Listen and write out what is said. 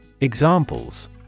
Examples